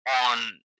on